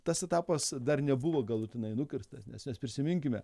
tas etapas dar nebuvo galutinai nukirstas nes mes prisiminkime